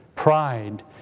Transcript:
Pride